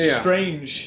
strange